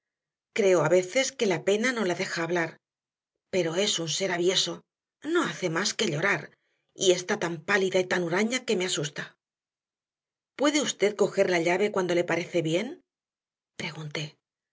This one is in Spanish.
creo a veces que la pena no la deja hablar pero es un ser avieso no hace más que llorar y está tan pálida y tan huraña que me asusta puede usted coger la llave cuando le parece bien pregunté